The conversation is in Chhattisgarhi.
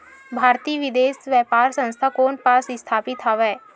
भारतीय विदेश व्यापार संस्था कोन पास स्थापित हवएं?